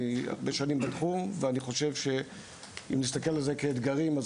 אני הרבה שנים בתחום ואני חושב שאם נסתכל על זה כאתגרים אז